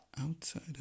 outside